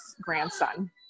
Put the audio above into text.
grandson